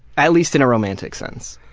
at least in a romantic sense.